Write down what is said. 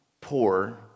poor